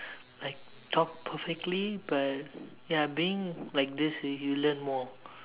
like talk perfectly but ya being like this you you learn more